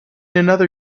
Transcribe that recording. another